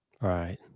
Right